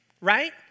right